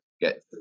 get